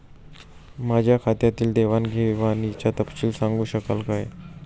माझ्या खात्यातील देवाणघेवाणीचा तपशील सांगू शकाल काय?